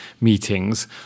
meetings